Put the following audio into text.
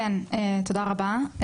תודה רבה.